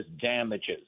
damages